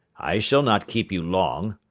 i shall not keep you long,